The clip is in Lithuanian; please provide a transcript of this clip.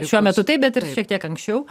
šiuo metu taip bet ir šiek tiek anksčiau